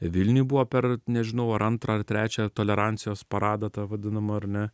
vilniuj buvo per nežinau ar antrą ar trečią tolerancijos paradą tą vadinamą ar ne